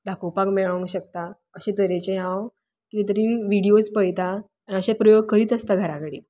दाखोवपाक मेळोंक शकता अशे तरेचे हांव कितें तरी विडियोज पळयत आसतां आनी प्रयोग करीत आसतां घरा कडेन